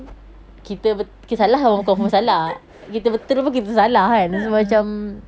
a'ah